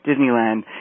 Disneyland